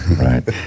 right